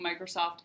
Microsoft